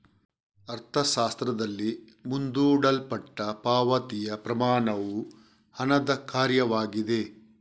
ಅರ್ಥಶಾಸ್ತ್ರದಲ್ಲಿ, ಮುಂದೂಡಲ್ಪಟ್ಟ ಪಾವತಿಯ ಪ್ರಮಾಣವು ಹಣದ ಕಾರ್ಯವಾಗಿದೆ